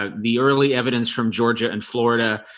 ah the early evidence from georgia and florida. ah,